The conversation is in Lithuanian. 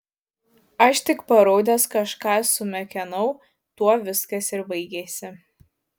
aš tik paraudęs kažką sumekenau tuo viskas ir baigėsi